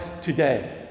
today